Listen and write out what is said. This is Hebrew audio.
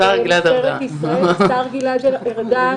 השר גלעד ארדן.